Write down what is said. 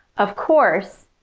of course,